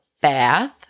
bath